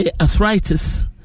arthritis